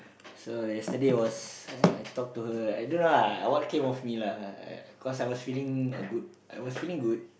so yesterday was I talk to her right I don't know lah what came of me lah cause I was feeling a good I was feeling good